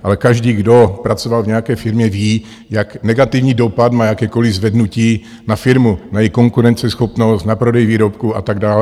Ale každý, kdo pracoval v nějaké firmě, ví, jak negativní dopad má jakékoliv zvednutí na firmu, na její konkurenceschopnost, na prodej výrobků a tak dále.